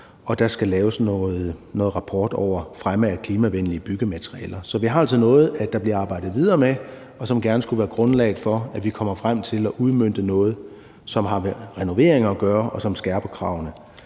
at der skal laves en rapport over fremme af klimavenlige byggematerialer. Så vi har altså noget, der bliver arbejdet videre med, og som gerne skulle danne grundlaget for, at vi kommer frem til at udmønte noget, som har med renoveringer at gøre, og som skærper kravene.